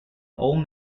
old